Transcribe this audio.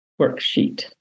worksheet